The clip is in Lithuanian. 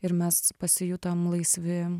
ir mes pasijutom laisvi